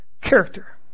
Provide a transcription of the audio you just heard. Character